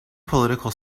political